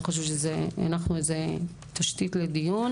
אני חושבת שזה, הנחנו לזה תשתית לדיון.